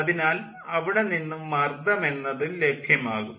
അതിനാൽ അവിടെ നിന്നും മർദ്ദം എന്നതും ലഭ്യമാകും